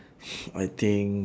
I think